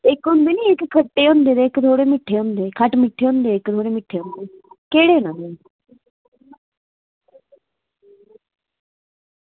इक होंदे नी खट्टे होंदे थोह्ड़े इक थोह्ड़े मिट्ठे होंदे खट्ट मिट्ठे होंदे इक बड़े मिट्ठे होंदे केह्ड़े न